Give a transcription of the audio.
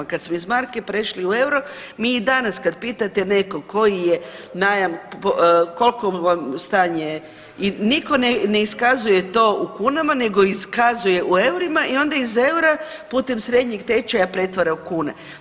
Kad smo iz marke prešli u euro mi i danas kad pitate nekog koji je najam, koliko je stanje i nitko ne iskazuje to u kunama nego iskazuje u eurima i onda iz eura putem srednjeg tečaja pretvara u kune.